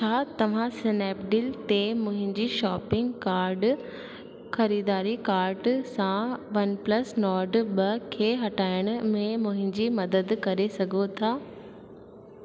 छा तव्हां स्नैपडील ते मुंहिंजी शॉपिंग कार्ड ख़रीदारी कार्ट सां वनप्लस नॉर्ड ॿ खे हटाइण में मुंहिंजी मदद करे सघो था